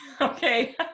Okay